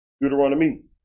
Deuteronomy